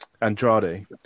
Andrade